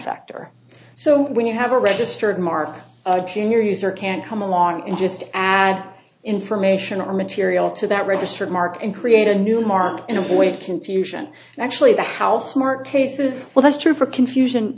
factor so when you have a registered mark on your user can't come along and just add information or material to that registered mark and create a new mark in avoid confusion actually the how smart case is well that's true for confusion